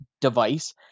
device